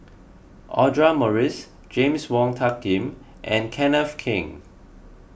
Audra Morrice James Wong Tuck Yim and Kenneth Keng